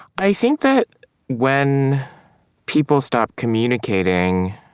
i think that when people stop communicating,